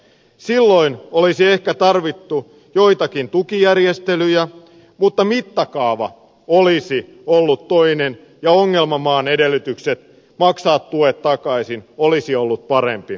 silloin olisi ehkä tarvittu joitakin tukijärjestelyjä mutta mittakaava olisi ollut toinen ja ongelmamaan edellytykset maksaa tuet takaisin olisi ollut parempi